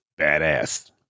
badass